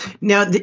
Now